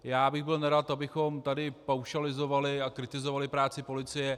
Já bych byl nerad, abychom tady paušalizovali a kritizovali práci policie.